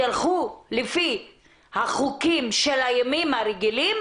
תלכו לפי החוקים של הימים הרגילים